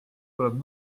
tuleb